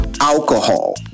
alcohol